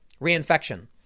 reinfection